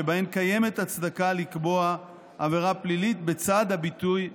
שבהן קיימת הצדקה לקבוע עבירה פלילית בצד הביטוי הפסול.